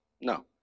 No